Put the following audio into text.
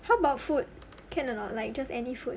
how about food can or not like just any food